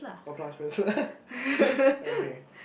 oh plus first okay